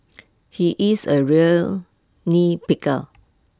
he is A real nitpicker